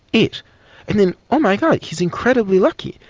eight and then, oh my god, he's incredibly lucky,